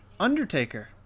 Undertaker